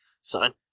son